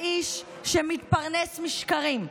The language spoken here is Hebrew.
האיש שמתפרנס משקרים,